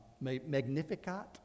Magnificat